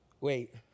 wait